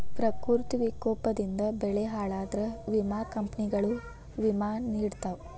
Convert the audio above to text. ಪ್ರಕೃತಿ ವಿಕೋಪದಿಂದ ಬೆಳೆ ಹಾಳಾದ್ರ ವಿಮಾ ಕಂಪ್ನಿಗಳು ವಿಮಾ ನಿಡತಾವ